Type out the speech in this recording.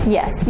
Yes